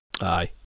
Aye